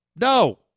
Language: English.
No